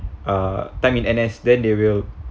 uh time in N_S then they will